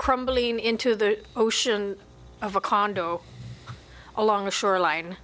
crumbling into the ocean of a condo along the shore line